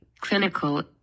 clinical